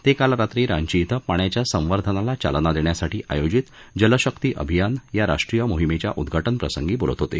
ते काल रात्री रांची ॐ पाण्याच्या संवर्धनाला चालना देण्यासाठी आयोजित जलशक्ती अभियान या राष्ट्रीय मोहिमेच्या उद्वाटनप्रसंगी बोलत होते